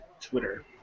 Twitter